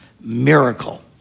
miracle